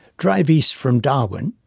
drive east from darwin,